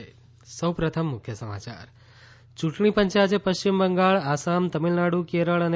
યૂંટણી પંચે આજે પશ્ચિમ બંગાળ આસામ તમિળનાડુ કેરળ અને